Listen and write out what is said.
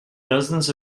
dozens